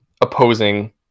Opposing